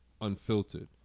unfiltered